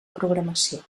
programació